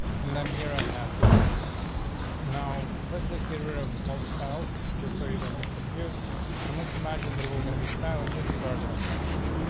and then here i have two per gram. no, let's just get rid of all the styles just so you don't get confused on and let's imagine that we're gonna be styling just a paragraph, right? so